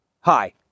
Hi